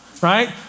right